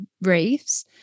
reefs